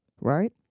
right